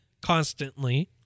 constantly